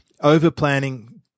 over-planning